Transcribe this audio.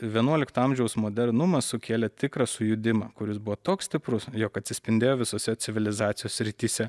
vienuolikto amžiaus modernumas sukėlė tikrą sujudimą kuris buvo toks stiprus jog atsispindėjo visose civilizacijos srityse